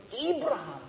Abraham